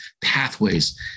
pathways